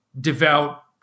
devout